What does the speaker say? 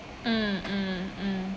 mm mm mm